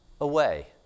away